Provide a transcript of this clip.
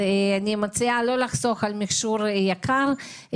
אני מציעה לא לחסוך על מכשור יקר,